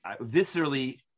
viscerally